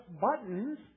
buttons